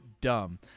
dumb